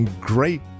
great